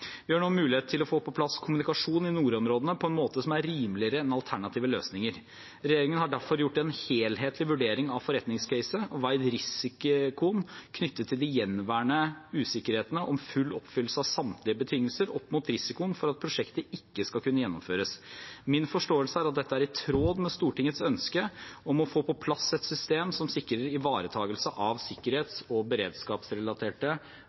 Vi har nå mulighet til å få på plass kommunikasjon i nordområdene på en måte som er rimeligere enn alternative løsninger. Regjeringen har derfor gjort en helhetlig vurdering av forretningscasen og veid risikoen knyttet til de gjenværende usikkerhetene om full oppfyllelse av samtlige betingelser opp mot risikoen for at prosjektet ikke skal kunne gjennomføres. Min forståelse er at dette er i tråd med Stortingets ønske om å få på plass et system som sikrer ivaretakelse av